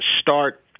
start